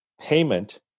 payment